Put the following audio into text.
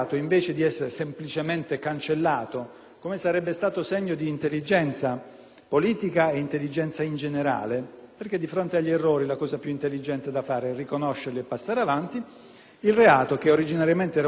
politica e d'intelligenza in generale, perché di fronte agli errori la cosa più intelligente da fare è riconoscerli e passare avanti. Quel reato originariamente era un delitto punito con la pena fino a quattro anni e, addirittura, l'arresto obbligatorio in flagranza;